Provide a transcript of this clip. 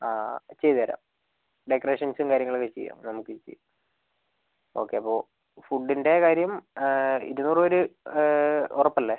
ആ ചെയ്തുതരാം ഡെക്കറേഷൻസും കാര്യങ്ങളൊക്കെ ചെയ്യാം നമുക്ക് ചെയ്യാം ഓക്കേ അപ്പോൾ ഫുഡിൻ്റെ കാര്യം ഇരുനൂറ് പേര് ഉറപ്പല്ലേ